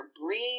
breathe